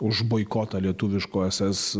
už boikotą lietuviško ss